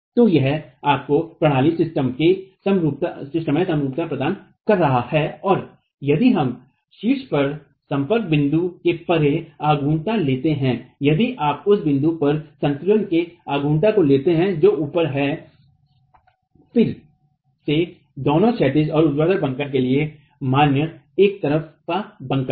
तो यह आपको प्रणालीसिस्टम में समरूपता प्रदान कर रहा है और यदि हम शीर्ष पर संपर्क बिंदु के परेह आघूर्ण लेते है यदि आप उस बिंदु पर संतुलन के आघूर्ण को लेते हैं जो सबसे ऊपर है फिर से दोनों क्षैतिज और ऊर्ध्वाधर बंकन के लिए मान्यएक तरफा बंकन